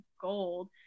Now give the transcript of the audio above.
gold